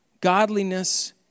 Godliness